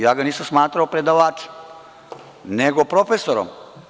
Ja ga nisam smatrao predavačem, nego profesorom.